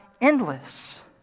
endless